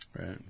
Right